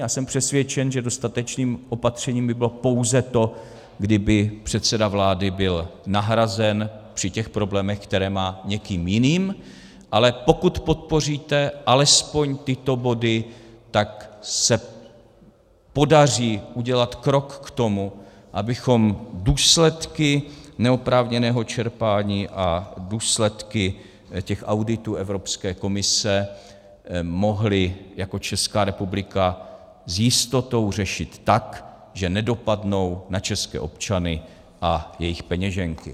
Já jsem přesvědčen, že dostatečným opatřením by bylo pouze to, kdyby předseda vlády byl nahrazen při těch problémech, které má, někým jiným, ale pokud podpoříte alespoň tyto body, tak se podaří udělat krok k tomu, abychom důsledky neoprávněného čerpání a důsledky těch auditů Evropské komise mohli jako Česká republika s jistotou řešit tak, že nedopadnou na české občany a jejich peněženky.